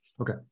Okay